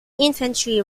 infantry